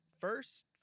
first